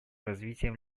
развитием